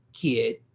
Kid